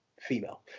female